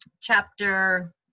chapter